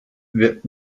wird